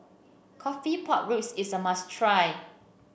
coffee Pork Ribs is a must try